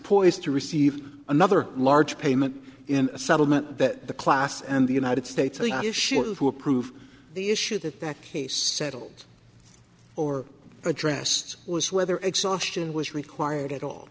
poised to receive another large payment in a settlement that the class and the united states issue of who approved the issue that that case settled or addressed was whether exhaustion was required at all